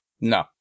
No